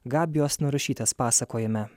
gabijos narušytės pasakojime